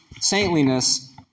saintliness